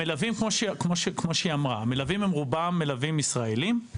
המלווים הם רובם מלווים ישראלים,